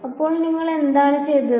അപ്പോൾ നിങ്ങൾ എന്താണ് ചെയ്തത്